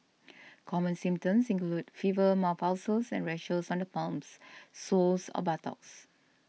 common symptoms include fever mouth ulcers and on the palms soles or buttocks